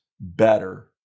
better